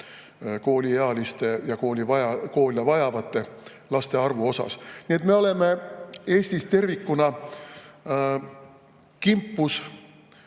kooliealiste, kooli vajavate laste arvus. Nii et me oleme Eestis tervikuna kimpus